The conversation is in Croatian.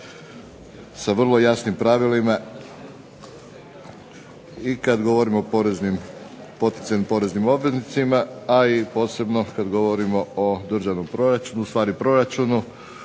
sa vrlo jasnim pravilima. I kad govorimo o poreznim, potencijalnim poreznim obveznicima, a i posebno kad govorimo o državnom proračunu, u stvari proračunu